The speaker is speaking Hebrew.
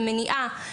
למניעה,